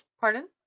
Pardon